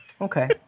okay